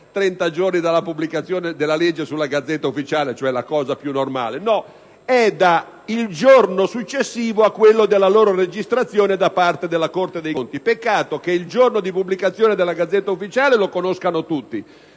30 giorni dalla pubblicazione della legge sulla *Gazzetta Ufficiale* (cioè la cosa più normale), ma al giorno successivo a quello della loro registrazione da parte della Corte dei conti. Peccato che il giorno della pubblicazione sulla *Gazzetta Ufficiale* lo conoscono tutti,